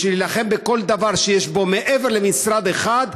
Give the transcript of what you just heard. בשביל להילחם בכל דבר שיש בו מעבר למשרד אחד,